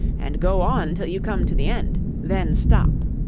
and go on till you come to the end then stop